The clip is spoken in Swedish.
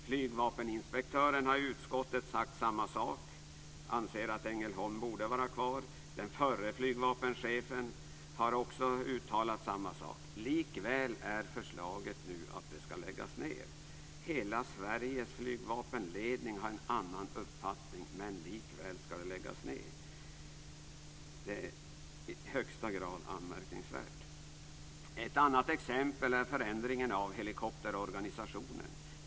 Flygvapeninspektörerna har sagt samma sak i utskottet. De anser att Ängelholm borde vara kvar. Den förre flygvapenchefen har också uttalat samma sak. Likväl är förslaget nu att det ska lägga ned. Hela Sveriges flygvapenledning har en annan uppfattning, men likväl ska det läggas ned. Det är i högsta grad anmärkningsvärt. Ett annat exempel är förändringen av helikopterorganisationen.